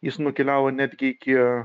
jis nukeliavo netgi iki